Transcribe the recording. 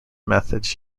methods